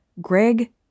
Greg